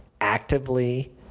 actively